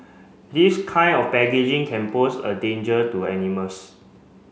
this kind of packaging can pose a danger to animals